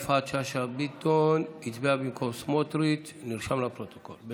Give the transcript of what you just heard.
השר יפעת שאשא ביטון הצביעה במקום סמוטריץ' בטעות.